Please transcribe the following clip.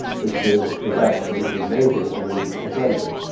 which is is absolutely amazing underneath a glacier.